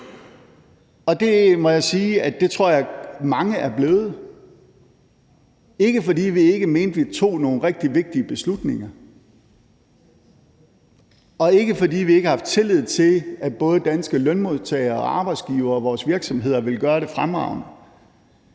Og det må jeg sige at jeg tror mange er blevet – ikke fordi vi ikke mente, at vi tog nogle rigtig vigtige beslutninger, og ikke fordi vi ikke har haft tillid til, at både danske lønmodtagere og arbejdsgivere og vores virksomheder ville gøre det fremragende,